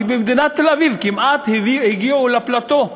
כי במדינת תל-אביב כמעט הגיעו לפלאטו,